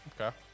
Okay